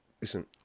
listen